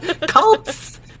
cults